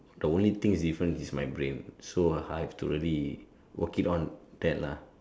the only thing is different is my brain so I have to really work it on that lah